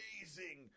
amazing